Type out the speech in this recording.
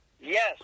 Yes